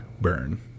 burn